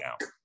now